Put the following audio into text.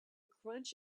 crunch